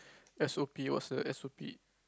S_O_P what's the S_O_P